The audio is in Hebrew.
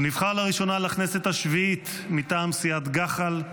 הוא נבחר לראשונה לכנסת השביעית מטעם סיעת גח"ל,